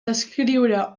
descriure